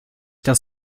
das